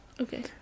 Okay